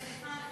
סליחה,